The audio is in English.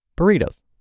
burritos